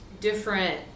different